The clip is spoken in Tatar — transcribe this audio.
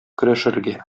көрәшергә